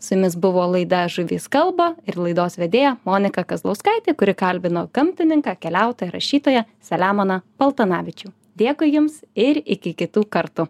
su jumis buvo laida žuvys kalba ir laidos vedėja monika kazlauskaitė kuri kalbino gamtininką keliautoją rašytoją selemoną paltanavičių dėkui jums ir iki kitų kartu